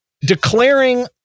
declaring